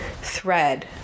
thread